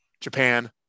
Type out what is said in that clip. Japan